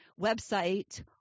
website